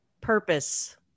purpose